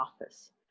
office